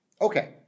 Okay